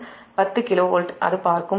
அது பின்னர் பார்க்கும்